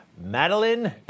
Madeline